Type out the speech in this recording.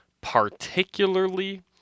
particularly